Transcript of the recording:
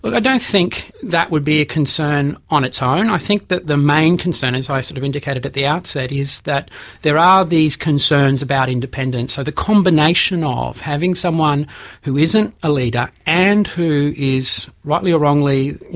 but i don't think that would be a concern on its own, i think that the main concern, as i sort of indicated at the outset, is that there are these concerns about independence. so the combination of having someone who isn't a leader and who is, rightly or wrongly,